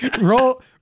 roll